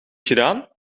gedaan